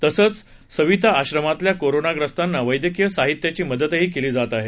तसंच सविता आश्रमातल्या कोरोनाग्रस्तांना वैद्यकीय साहित्याची मदतही केली आहे